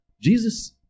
Jesus